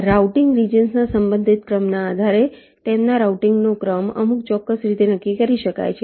routing regions ના સંબંધિત ક્રમના આધારે તેમના રાઉટીંગનો ક્રમ અમુક ચોક્કસ રીતે નક્કી કરી શકાય છે